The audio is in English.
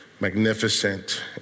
magnificent